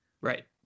Right